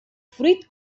fruit